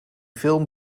film